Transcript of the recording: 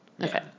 Okay